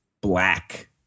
Black